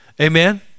amen